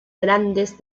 grandes